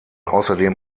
außerdem